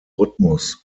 rhythmus